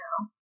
now